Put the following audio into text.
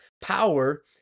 power